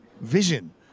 vision